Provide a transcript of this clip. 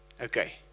Okay